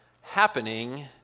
happening